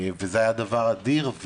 זה היה דבר אדיר,